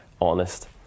honest